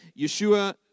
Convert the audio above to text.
Yeshua